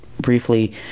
briefly